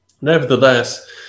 Nevertheless